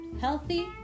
healthy